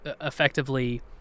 effectively